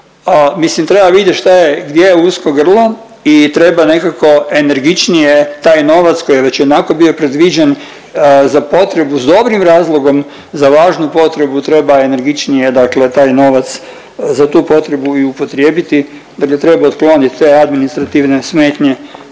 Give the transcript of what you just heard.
mislim treba vidjet šta je gdje je usko grlo i treba nekako energičnije taj novac koji je već i onako bio predviđen za potrebu s dobrim razlogom, za važnu potrebu treba energičnije taj novac za tu potrebu i upotrijebiti. Dakle, treba otklonit te administrativne smetnje